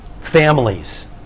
families